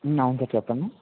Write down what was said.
అవును సార్ చెప్పండి